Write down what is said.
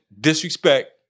disrespect